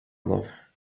love